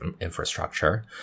infrastructure